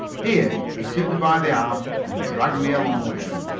here he took me by the arm and dragged me along with him.